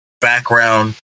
background